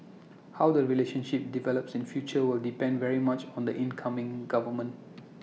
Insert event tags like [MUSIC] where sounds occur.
how the relationship develops in future will depend very much on the incoming government [NOISE]